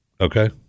Okay